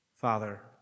Father